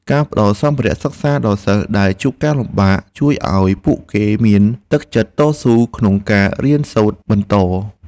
ការផ្តល់សម្ភារៈសិក្សាដល់សិស្សដែលជួបការលំបាកជួយឱ្យពួកគេមានទឹកចិត្តតស៊ូក្នុងការរៀនសូត្របន្ត។